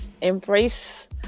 embrace